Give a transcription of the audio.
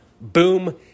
Boom